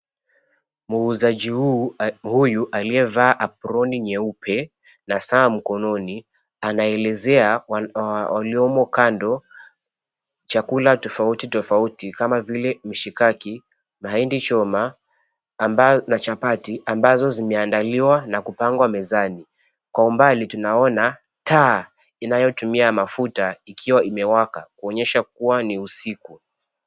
Muuzaji huyu aliyevaa aproni nyeupe na saa mkononi anaelezea waliomo kando chakula tofauti tofauti kama vile mshikaki, mahindi choma na chapati ambazo zimeandaliwa na kupangwa mezani. Kwa umbali tunaona taa inayotumia mafuta ikiwa imewaka kuonyesha kuwa ni usiku.